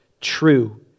true